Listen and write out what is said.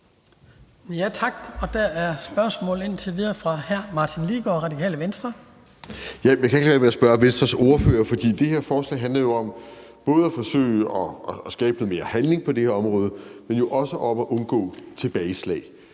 Tak. Der er et spørgsmål fra hr. Martin Lidegaard, Radikale Venstre. Kl. 15:24 Martin Lidegaard (RV): Jeg kan ikke lade være med at spørge Venstres ordfører om noget, for det her forslag handler jo om både at forsøge at skabe lidt mere handling på det her område, men jo også om at undgå tilbageslag.